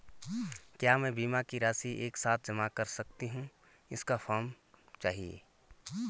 क्या मैं बीमा की राशि एक साथ जमा कर सकती हूँ इसका फॉर्म चाहिए?